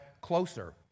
closer